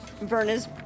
Verna's